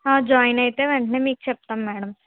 join అయితే వెంటనే మీకు చెప్తాం మేడం